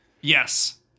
yes